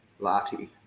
Lati